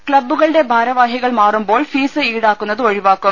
ക്ലബുകളുടെ ഭാരവാഹികൾ മാറു മ്പോൾ ഫീസ് ഈടാക്കുന്നത് ഒഴിവാക്കും